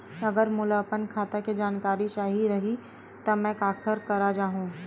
अगर मोला अपन खाता के जानकारी चाही रहि त मैं काखर करा जाहु?